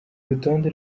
urutonde